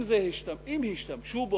אם השתמשו בו,